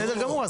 בסדר גמור.